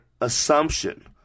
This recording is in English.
assumption